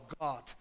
God